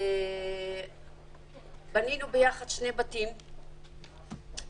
בנינו ביחד שני בתים.